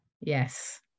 yes